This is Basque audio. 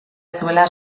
zuela